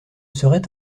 seraient